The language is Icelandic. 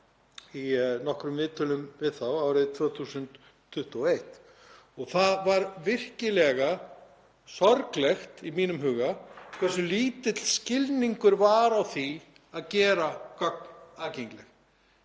í nokkrum viðtölum við það árið 2021. Það var virkilega sorglegt í mínum huga hversu lítill skilningur var á því að gera gögn